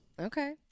Okay